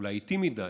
אולי איטי מדי,